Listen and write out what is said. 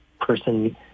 Person